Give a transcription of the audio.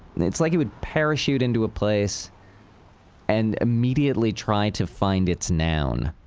and it's like he would parachute into a place and immediately try to find its noun.